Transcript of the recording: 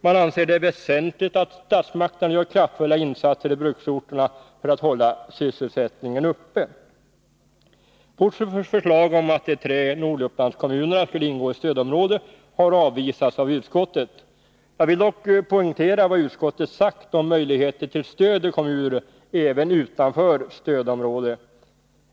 Man anser det väsentligt att statsmakterna gör kraftfulla insatser i bruksorterna för att hålla sysselsättningen uppe. Vårt förslag om att de tre Nordupplandskommunerna skulle ingå i stödområdet har avvisats av utskottet. Jag vill dock poängtera vad utskottet sagt om möjligheter till stöd i kommuner även utanför stödområdet.